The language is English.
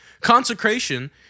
Consecration